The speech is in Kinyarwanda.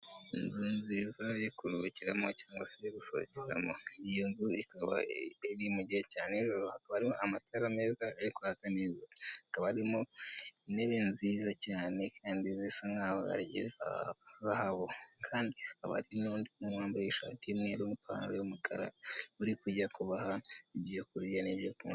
Inzu nziza yo kuruhukiramo cyangwa se gusohokeramo, iyo nzu ikaba iri mu gihe cya nijoro, hakaba hari amatara meza ari kwaka neza, hakaba harimo intebe nziza cyane kandi zisa nkaho ari iza zahabu kandi hakaba hari n'undi umwe wambaye ishati y'umweru n'ipantaro y'umukara, uri kujya kubaha ibyo kurya n'ibyo kunywa.